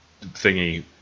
thingy